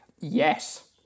yes